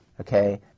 Okay